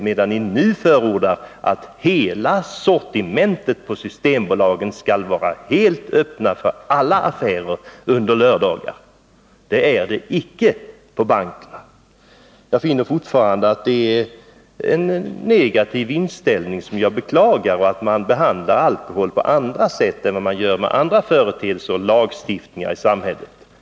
Men ni förordar nu att hela sortimentet på Systembolaget skall vara tillgängligt under lördagar. Motsvarande service har man icke på bankerna. Jag finner fortfarande en negativ inställning, som jag beklagar, och att man behandlar alkoholfrågorna på annat sätt än man gör med andra företeelser och annan lagstiftning i samhället.